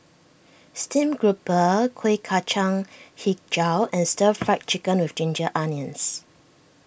Steamed Grouper Kuih Kacang HiJau and Stir Fried Chicken with Ginger Onions